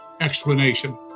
explanation